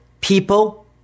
people